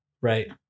right